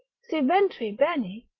si ventri bene,